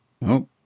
No